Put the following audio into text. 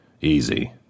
Easy